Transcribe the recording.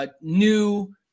new